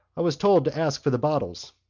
i was told to ask for the bottles.